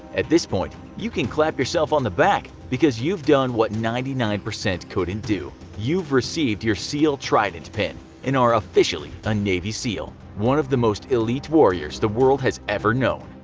at this point you can clap yourself on the back, because you've done what ninety nine percent couldn't do you've received your seal trident pin and are officially a navy seal, one of the most elite warriors the world has ever known.